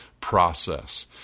process